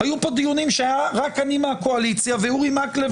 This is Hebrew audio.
היו פה דיונים שהיה רק אני מהקואליציה ואורי מקלב